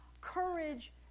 Courage